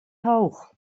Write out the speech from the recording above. hoog